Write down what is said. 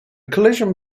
collision